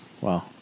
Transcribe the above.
Wow